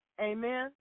Amen